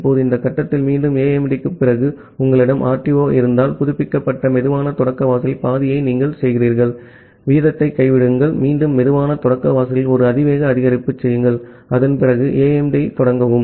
இப்போது இந்த கட்டத்தில் மீண்டும் AIMD க்குப் பிறகு உங்களிடம் RTO இருந்தால் புதுப்பிக்கப்பட்ட சுலோ ஸ்டார்ட் வாசலில் பாதியை நீங்கள் செய்கிறீர்கள் வீதத்தைக் கைவிடுங்கள் மீண்டும் சுலோ ஸ்டார்ட் வாசலில் ஒரு அதிவேக அதிகரிப்பு செய்யுங்கள் அதன்பிறகு AIMD ஐத் தொடங்கவும்